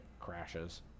crashes